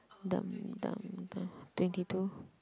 dum dum dum twenty two